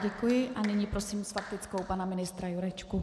Děkuji a nyní prosím s faktickou pana ministra Jurečku.